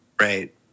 right